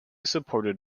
supported